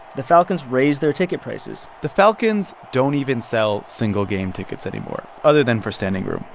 the falcons raised their ticket prices the falcons don't even sell single-game tickets anymore other than for standing room.